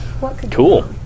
Cool